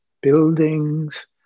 buildings